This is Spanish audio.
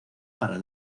para